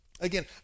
Again